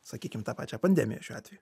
sakykim tą pačią pandemiją šiuo atveju